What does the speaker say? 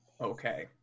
Okay